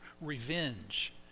revenge